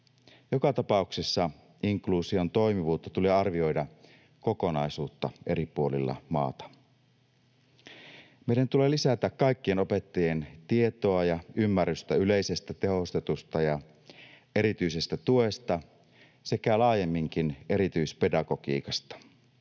Joka tapauksessa inkluusion toimivuutta tulee arvioida kokonaisuutena eri puolilla maata. Meidän tulee lisätä kaikkien opettajien tietoa ja ymmärrystä yleisestä, tehostetusta ja erityisestä tuesta sekä laajemminkin erityispedagogiikasta.